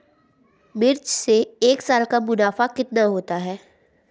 मिर्च से एक साल का मुनाफा कितना होता है?